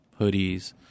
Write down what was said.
hoodies